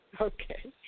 Okay